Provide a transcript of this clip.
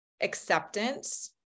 acceptance